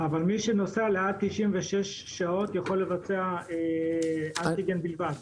אבל מי שנוסע לעד 96 שעות יכול לבצע אנטיגן בלבד?